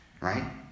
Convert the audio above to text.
right